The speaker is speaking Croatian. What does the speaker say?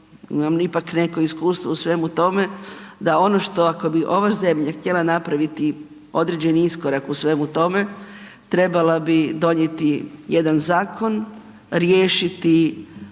imamo ipak neko iskustvo u svemu tome da ono što ako bi ova zemlja htjela napraviti određeni iskorak u svemu tome trebala bi donijeti jedan zakon, riješiti